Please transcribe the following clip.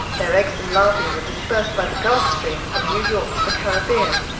their eggs and larvae were dispersed by the gulf stream from new york to the caribbean,